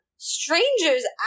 Strangers